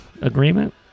agreement